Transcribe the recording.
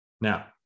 Now